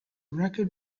record